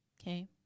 Okay